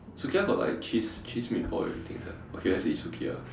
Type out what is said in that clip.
Sukiya got like got cheese cheese meatball everything sia okay let's eat Sukiya